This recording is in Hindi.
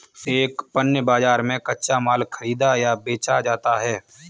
एक पण्य बाजार में कच्चा माल खरीदा या बेचा जाता है